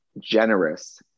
generous